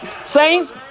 Saints